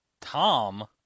Tom